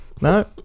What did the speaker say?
No